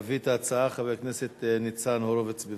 יביא את ההצעה חבר הכנסת ניצן הורוביץ.